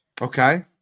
Okay